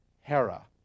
Hera